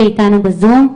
ואתנו בזום,